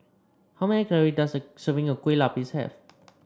how many calories does a serving of Kueh Lapis have